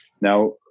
Now